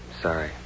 Sorry